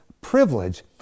privilege